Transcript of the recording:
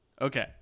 okay